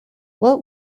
what